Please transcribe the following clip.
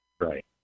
Right